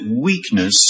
weakness